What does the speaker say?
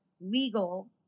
legal